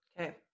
Okay